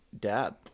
dad